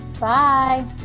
bye